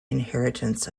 inheritance